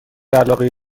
علاقه